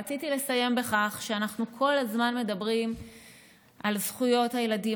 רציתי לסיים בכך שאנחנו כל הזמן מדברים על זכויות הילדים,